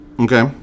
Okay